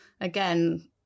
again